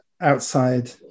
outside